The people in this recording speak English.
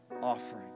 offering